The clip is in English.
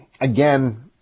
again